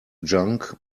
junk